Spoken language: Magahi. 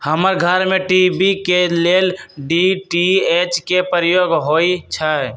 हमर घर में टी.वी के लेल डी.टी.एच के प्रयोग होइ छै